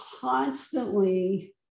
constantly